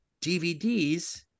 DVDs